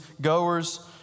goers